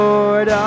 Lord